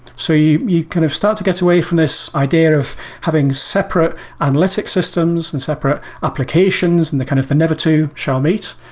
so you you kind of start to get away from this idea of having separate analytics systems and separate applications, and the kind of the never the two shall meet.